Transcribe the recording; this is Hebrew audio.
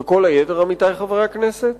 וכל היתר, עמיתי חברי הכנסת,